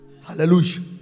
Hallelujah